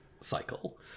cycle